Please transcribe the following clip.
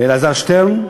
אלעזר שטרן,